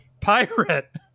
pirate